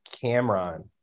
Cameron